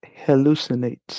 hallucinates